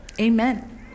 amen